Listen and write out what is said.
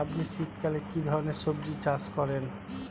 আপনি শীতকালে কী ধরনের সবজী চাষ করেন?